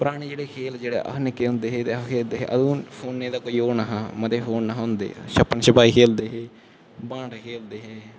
परानें जेह्ड़े खेल अस निक्के होंदे हे ते अस खेलदे हे अदूं फोनें दा कोई ओह् नेंई हा बड़े फोन नेंई हे होंदे शप्पन शपाई खेलदे हे बांटे खेलदे हे